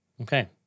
Okay